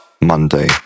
Monday